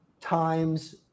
times